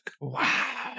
Wow